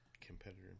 competitor